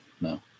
No